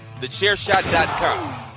TheChairShot.com